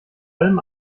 allem